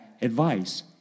advice